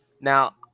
Now